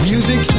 Music